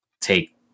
take